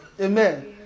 amen